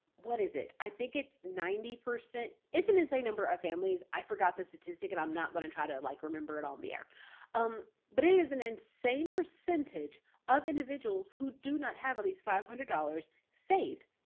what is it? i think it's ninety. it's an insane number of families. i forgot the statistic and i'm not going to try to like remember it all in the air um, but it is an insane percentage of individuals who do not have at least five hundred dollars saved.